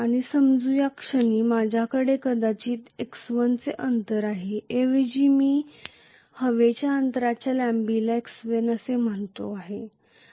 आणि समजू या क्षणी माझ्याकडे कदाचित x1 चे अंतर आहे ऐवजी मी हवेच्या अंतराच्या लांबीला x1 असे म्हणतो आहे